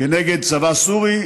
כנגד צבא סורי,